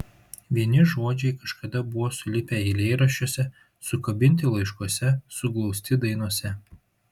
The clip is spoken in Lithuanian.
vieni žodžiai kažkada buvo sulipę eilėraščiuose sukabinti laiškuose suglausti dainose